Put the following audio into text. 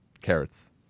carrots